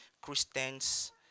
christians